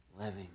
living